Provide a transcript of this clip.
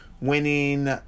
winning